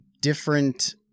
different